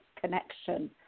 connection